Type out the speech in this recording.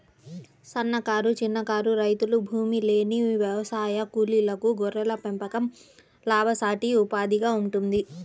సన్నకారు, చిన్నకారు రైతులు, భూమిలేని వ్యవసాయ కూలీలకు గొర్రెల పెంపకం లాభసాటి ఉపాధిగా ఉంటుంది